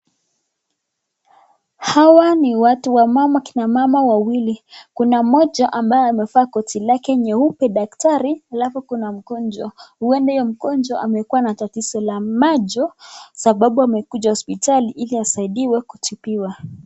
Hawa ni watu, kina mama wawili. Kuna mmoja ambaye amevaa koti lake nyeupe daktari alafu kuna mgonjwa, huenda yule mgonjwa ana tatizo la macho sababu amekuja hospitali ili asaidiwe kutibiwa.